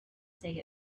say